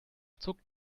zuckt